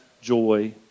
joy